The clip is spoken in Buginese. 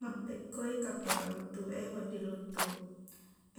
Mappekkoi kappalaq luttuq e wedding luttuq.